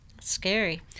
Scary